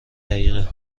دقیقه